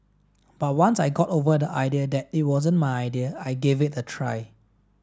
but once I got over the idea that it wasn't my idea I gave it a try